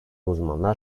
uzmanlar